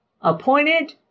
appointed